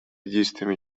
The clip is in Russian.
действиями